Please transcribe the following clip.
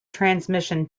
transmission